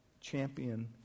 champion